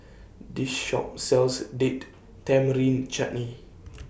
This Shop sells Date Tamarind Chutney